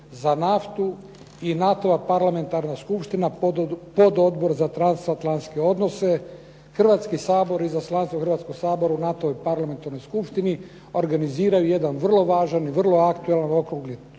za naftu i NATO-va parlamentarna skupština, pododbor za transatlanske odnose, Hrvatski sabor, izaslanstvo Hrvatskoga sabora u NATO-voj parlamentarnoj skupštini organiziraju jedan vrlo važan i vrlo aktualan okrugli